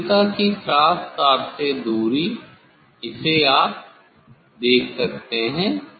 विद्यार्थी विद्यार्थी नेत्रिका की क्रॉस तार से दूरी इसे आप देख सकते हैं